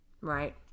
right